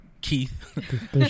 Keith